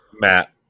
Matt